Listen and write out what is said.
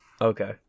Okay